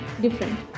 different